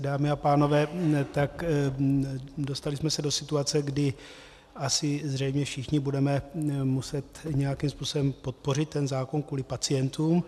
Dámy a pánové, tak dostali jsme se do situace, kdy asi zřejmě všichni budeme muset nějakým způsobem podpořit ten zákon kvůli pacientům.